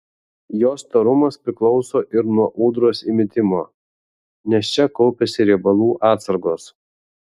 jos storumas priklauso ir nuo ūdros įmitimo nes čia kaupiasi riebalų atsargos